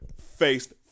faced